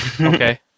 okay